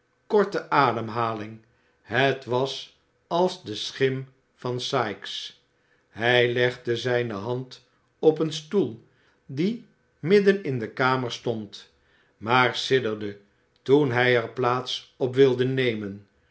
korte ademhaling het was als de schim van sikes hij legde zijne hand op een stoel die midden in de kamer stond maar sidderde toen hij er plaats op wilde nemen